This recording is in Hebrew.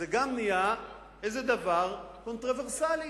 זה גם נהיה איזה דבר קונטרוברסלי.